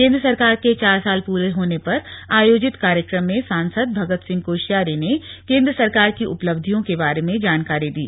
केन्द्र सरकार के चार साल पूरे होने पर आयोजित कार्यक्रम में सांसद भगत सिंह कोश्यिारी ने केन्द्र सरकार की उपलब्धियों के बारे में जानकारी दी